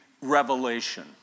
revelation